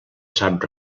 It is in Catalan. sap